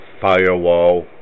firewall